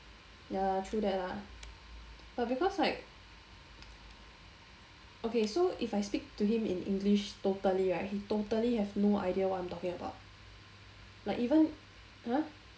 ya true that lah but because like okay so if I speak to him in english totally right he totally have no idea what I'm talking about like even !huh!